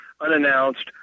unannounced